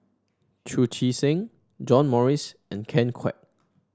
Chu Chee Seng John Morrice and Ken Kwek